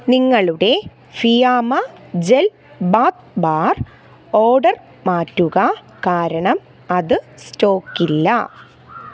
നിങ്ങളുടെ Fiama gel bath bar order മാറ്റുക കാരണം അത് സ്റ്റോക്ക് ഇല്ല